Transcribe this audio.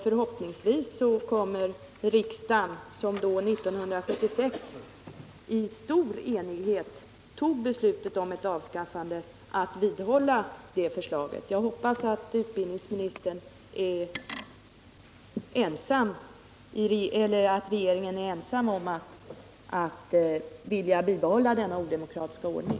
Förhoppningsvis kommer riksdagen, som år 1976 i stor enighet tog beslut om ett avskaffande, att vidhålla den uppfattningen. Jag hoppas att regeringen är ensam om att vilja bibehålla denna odemokratiska ordning.